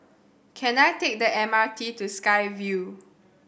can I take the M R T to Sky Vue